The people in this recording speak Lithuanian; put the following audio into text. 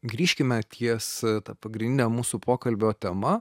grįžkime ties ta pagrindine mūsų pokalbio tema